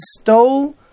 stole